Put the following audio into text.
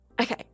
Okay